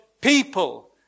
people